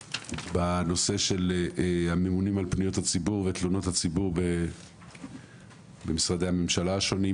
בנושא של הממונים על פניות הציבור ותלונות הציבור במשרדי הממשלה השונים.